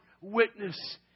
witness